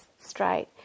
straight